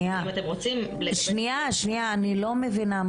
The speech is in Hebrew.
אני לא מבינה,